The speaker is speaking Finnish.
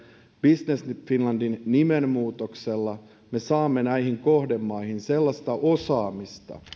business finlandin nimenmuutoksella me saamme näihin kohdemaihin sellaista osaamista